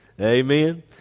amen